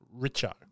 Richo